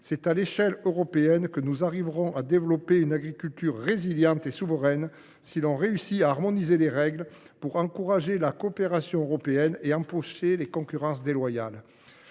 C’est à l’échelle européenne que nous parviendrons à développer une agriculture résiliente et souveraine ; c’est en harmonisant les règles que nous encouragerons la coopération européenne et empêcherons les concurrences déloyales.